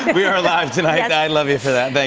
we are live tonight. i love you for that. thank